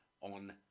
on